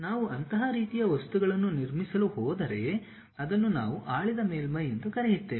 ನಾವು ಅಂತಹ ರೀತಿಯ ವಸ್ತುವನ್ನು ನಿರ್ಮಿಸಲು ಹೋದರೆ ಅದನ್ನು ನಾವು ಆಳಿದ ಮೇಲ್ಮೈ ಎಂದು ಕರೆಯುತ್ತೇವೆ